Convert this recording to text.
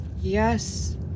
yes